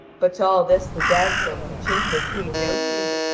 but to all this the damsel in her chamber paid no heed.